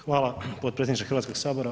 Hvala potpredsjedniče Hrvatskog sabora.